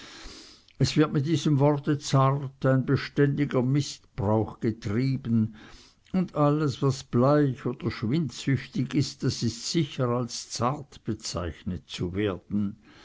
es wird mit diesem worte zart ein beständiger mißbrauch getrieben und alles was bleich oder schwindsüchtig ist das ist sicher als zart bezeichnet zu werden